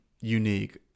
unique